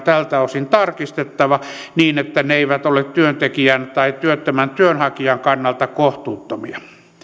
tältä osin tarkistettava niin että ne eivät ole työntekijän tai työttömän työnhakijan kannalta kohtuuttomia